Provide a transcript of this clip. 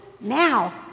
now